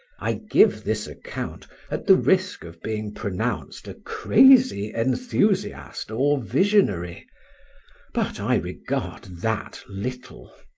i give this account at the risk of being pronounced a crazy enthusiast or visionary but i regard that little.